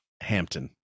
Hampton